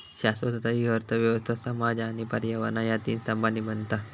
शाश्वतता हि अर्थ व्यवस्था, समाज आणि पर्यावरण ह्या तीन स्तंभांनी बनता